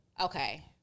okay